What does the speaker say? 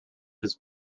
his